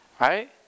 Right